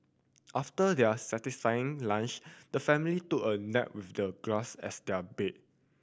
after their satisfying lunch the family took a nap with the grass as their bed